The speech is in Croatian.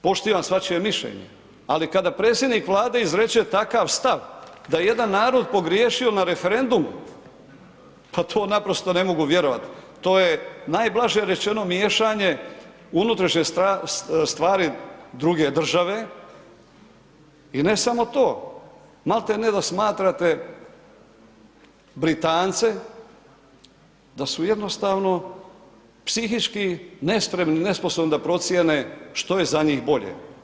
Poštivam svačije mišljenje, ali kada predsjednik Vlade izreče takav stav da je jedan narod pogriješio na referendumu, pa to naprosto ne mogu vjerovat, to je najblaže rečeno miješanje u unutrašnje stvari druge države i ne samo to, malte ne da smatrate Britance da su jednostavno psihički nespremni, nesposobni da procijene što je za njih bolje.